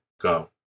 go